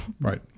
right